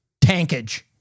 tankage